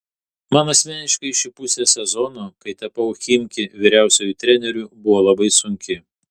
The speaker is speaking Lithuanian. man asmeniškai ši pusė sezono kai tapau chimki vyriausiuoju treneriu buvo labai sunki